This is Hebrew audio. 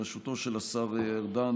בראשותו של השר ארדן,